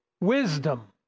wisdom